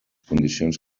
condicions